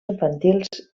infantils